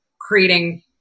creating